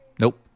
Nope